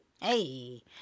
Hey